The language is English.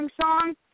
song